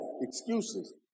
excuses